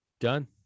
Done